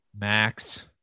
Max